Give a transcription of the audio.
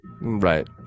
Right